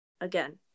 Again